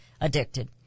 addicted